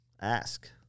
ask